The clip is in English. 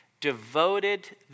Devoted